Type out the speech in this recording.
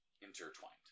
intertwined